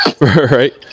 right